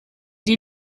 die